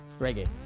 Reggae